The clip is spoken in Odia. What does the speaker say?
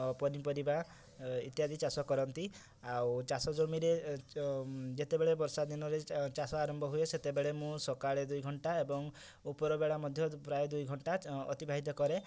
ପନିପରିବା ଇତ୍ୟାଦି ଚାଷ କରନ୍ତି ଆଉ ଚାଷ ଜମିରେ ଯେତେବେଳେ ବର୍ଷା ଦିନରେ ଚାଷ ଆରମ୍ଭ ହୁଏ ସେତେବେଳେ ମୁଁ ସକାଳେ ଦୁଇ ଘଣ୍ଟା ଏବଂ ଉପରବେଳା ମଧ୍ୟ ପ୍ରାୟ ଦୁଇ ଘଣ୍ଟା ଅତି ବାହିତ କରେ